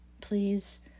please